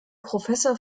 professor